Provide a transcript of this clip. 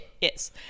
Yes